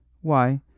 Why